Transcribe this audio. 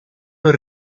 non